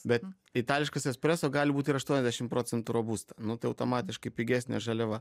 bet itališkas espreso gali būt ir aštuoniasdešim procentų robusta nu tai automatiškai pigesnė žaliava